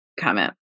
comment